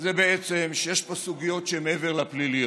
זה שיש פה סוגיות שהן מעבר לפליליות,